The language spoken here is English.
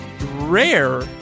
rare